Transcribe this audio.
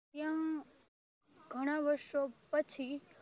ત્યાં ઘણા વર્ષો પછી